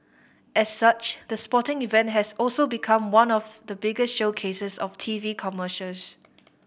as such the sporting event has also become one of the biggest showcases of T V commercials